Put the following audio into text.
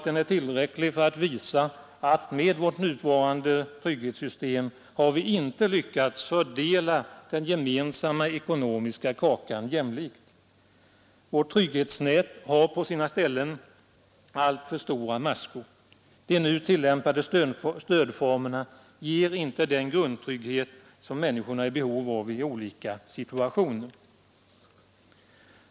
Den är tillräcklig för att visa att med vårt nuvarande trygghetssystem har vi inte lyckats fördela den gemensamma ekonomiska kakan jämlikt. Vårt trygghetsnät har på sina ställen alltför stora maskor. De nu tillämpade stödformerna ger inte den grundtrygghet som människorna är i behov av i olika situationer.